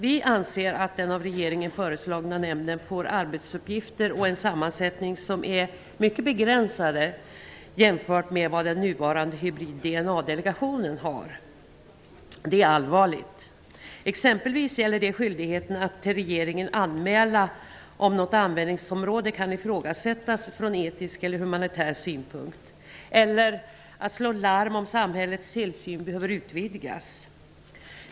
Vi anser att den av regeringen föreslagna nämnden får arbetsuppgifter och en sammansättning som är mycket begränsade jämfört med den nuvarande Hybrid-DNA-delegationens. Det är allvarligt. Exempelvis gäller det skyldigheten att till regeringen anmäla om något användningsområde kan ifrågasättas från etisk eller humanitär synpunkt eller att slå larm om samhällets tillsyn behöver utvidgas.